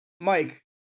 Mike